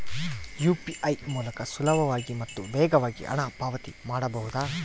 UPI ಮೂಲಕ ಸುಲಭವಾಗಿ ಮತ್ತು ವೇಗವಾಗಿ ಹಣ ಪಾವತಿ ಮಾಡಬಹುದಾ?